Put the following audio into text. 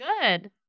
Good